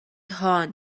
هان